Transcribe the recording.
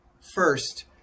First